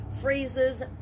phrases